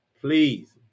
please